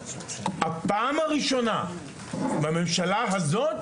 זו הפעם הראשונה בממשלה הזאת,